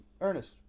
Ernest